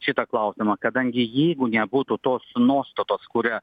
šitą klausimą kadangi jeigu nebūtų tos nuostatos kuria